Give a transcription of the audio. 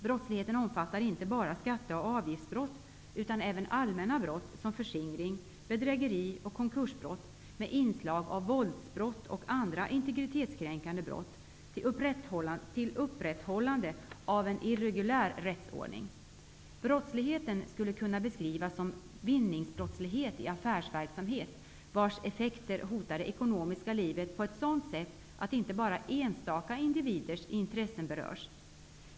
Brottsligheten omfattar inte bara skatte och avgiftsbrott, utan även allmänna brott som förskingring, bedrägeri och konkursbrott med inslag av våldsbrott och andra integritetskränkande brott till upprätthållande av en irreguljär rättsordning. Brottsligheten skulle kunna beskrivas som vinningsbrottslighet i affärsverksamhet vars effekter hotar det ekonomiska livet på ett sådant sätt att inte bara enstaka individers intressen berörs.